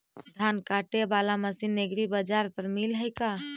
धान काटे बाला मशीन एग्रीबाजार पर मिल है का?